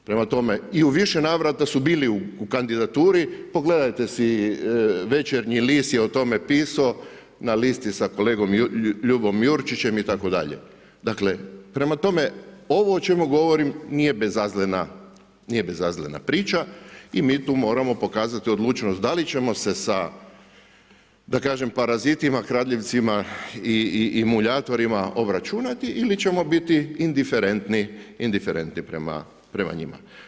I u više navrata su bili u kandidaturi, pogledajte si, Večernji list je o tome pisao na listi sa kolegom Ljubom Jurčićem itd. dakle, prema tome ovo o čemu govorim nije bezazlena priča i mi tu moramo pokazati odlučnost da li ćemo se sa, da kažem parazitima, kradljivcima i muljatorima obračunati ili ćemo biti indiferentni prema njima.